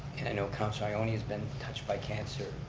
and i know councilor ioannoni has been touched by cancer,